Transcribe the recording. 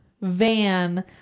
van